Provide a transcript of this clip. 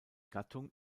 gattung